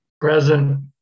Present